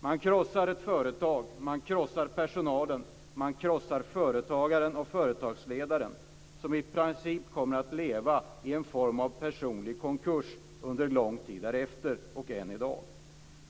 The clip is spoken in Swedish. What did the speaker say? Man krossar ett företag, man krossar personalen och man krossar företagaren och företagsledaren, som i princip kom att leva i en form av personlig konkurs under lång tid därefter och än i dag.